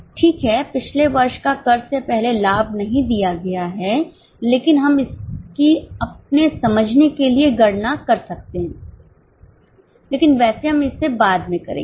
ठीक है पिछले वर्षका कर से पहले लाभ नहीं दिया गया है लेकिन हम इसकी अपने समझने के लिए गणना कर सकते हैं लेकिन वैसे हम इसे बाद में करेंगे